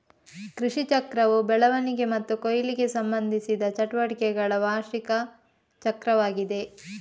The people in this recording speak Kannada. ಕೃಷಿಚಕ್ರವು ಬೆಳವಣಿಗೆ ಮತ್ತು ಕೊಯ್ಲಿಗೆ ಸಂಬಂಧಿಸಿದ ಚಟುವಟಿಕೆಗಳ ವಾರ್ಷಿಕ ಚಕ್ರವಾಗಿದೆ